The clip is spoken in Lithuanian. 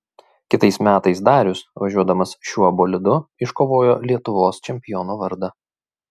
kitais metais darius važiuodamas šiuo bolidu iškovojo lietuvos čempiono vardą